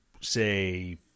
say